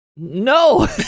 No